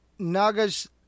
naga's